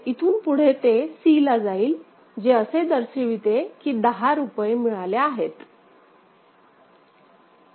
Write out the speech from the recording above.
इथून पुढे ते c ला जाईल जे असे दर्शविते की 10 रुपये मिळाले आहेत